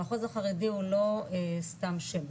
המחוז החרדי הוא לא סתם שם,